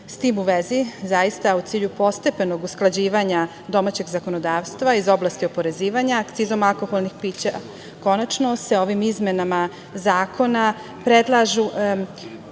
tim u vezi, zaista u cilju postepenog usklađivanja domaćeg zakonodavstva, iz oblasti oporezivanja, akcizom alkoholnih pića, konačno se ovim izmenama zakona predlažu